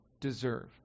deserve